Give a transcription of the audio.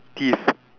thief